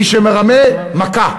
מי שמרמה, מכה.